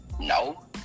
No